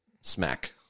smack